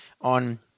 on